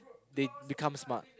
they become smart